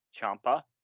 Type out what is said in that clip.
Champa